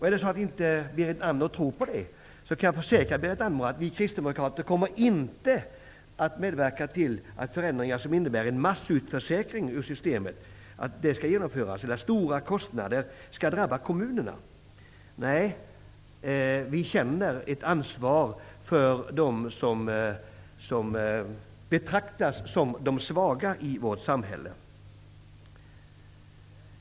Är det så att Berit Andnor inte tror på det, skall jag försäkra henne att vi kristdemokrater inte kommer att medverka till förändringar som innebär en massutförsäkring ur systemet och som dessutom medför stora kostnader för kommunerna. Nej, vi känner ett ansvar för dem som betraktas som de svaga i vårt samhälle.